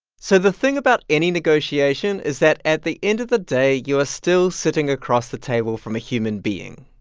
so the thing about any negotiation is that at the end of the day, you're still sitting across the table from a human being.